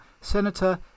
Senator